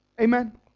Amen